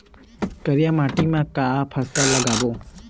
करिया माटी म का फसल लगाबो?